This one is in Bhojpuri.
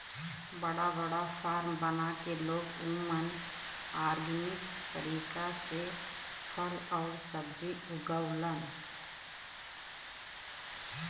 बड़ा बड़ा फार्म बना के लोग ओमन ऑर्गेनिक तरीका से फल आउर सब्जी उगावलन